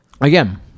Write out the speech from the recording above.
Again